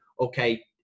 okay